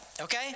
okay